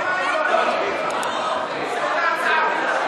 זו הייתה ההצעה הכי,